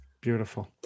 Beautiful